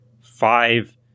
five